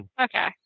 Okay